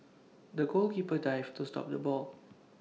the goalkeeper dived to stop the ball